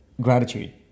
gratitude